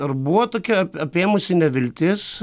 ar buvo tokia apėmusi neviltis